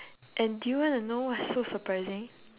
and do you want to know what's so surprising